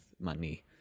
money